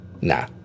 Nah